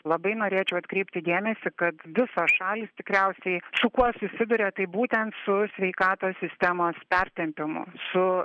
labai norėčiau atkreipti dėmesį kad visos šalys tikriausiai su kuo susiduria tai būtent su sveikatos sistemos pertempimu su